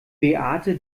beate